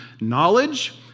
Knowledge